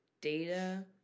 data